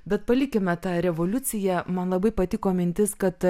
bet palikime tą revoliuciją man labai patiko mintis kad